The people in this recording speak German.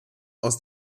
aus